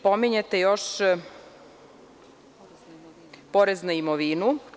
Pominjete još i porez na imovinu.